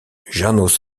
jános